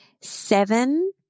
seven